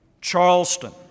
Charleston